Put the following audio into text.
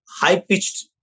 high-pitched